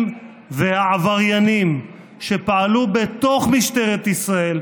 והעבריינים שפעלו בתוך משטרת ישראל,